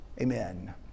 Amen